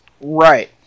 Right